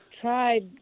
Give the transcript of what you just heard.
tried